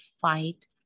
fight